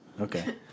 Okay